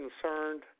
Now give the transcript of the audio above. concerned